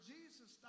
Jesus